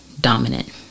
dominant